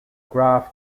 graph